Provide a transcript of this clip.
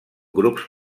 grups